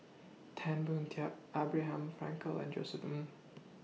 Tan Boon Teik Abraham Frankel and Josef Ng